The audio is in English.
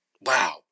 wow